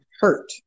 hurt